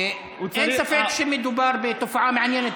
אין ספק שמדובר בתופעה מעניינת,